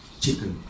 chicken